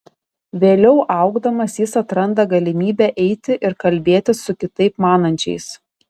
vėliau augdamas jis atranda galimybę eiti ir kalbėtis su kitaip manančiais